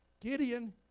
Gideon